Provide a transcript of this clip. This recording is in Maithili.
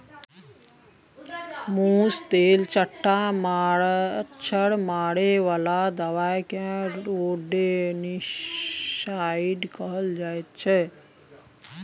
मुस, तेलचट्टा, मच्छर मारे बला दबाइ केँ रोडेन्टिसाइड कहल जाइ छै